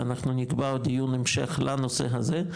שאנחנו נקבע דיון המשך לנושא הזה,